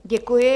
Děkuji.